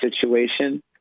situation